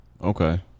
Okay